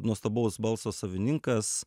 nuostabaus balso savininkas